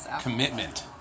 Commitment